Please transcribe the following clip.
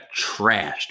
trashed